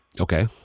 Okay